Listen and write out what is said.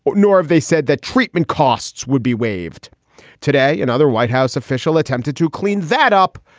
but nor have they said that treatment costs would be waived today. in other white house, official attempts to clean that up,